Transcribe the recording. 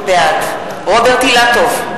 בעד רוברט אילטוב,